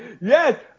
Yes